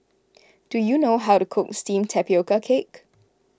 do you know how to cook Steamed Tapioca Cake